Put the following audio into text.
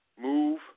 move